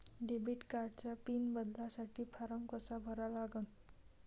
Debit कार्डचा PIN बदलासाठी form कसा भरा लागन?